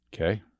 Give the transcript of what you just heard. Okay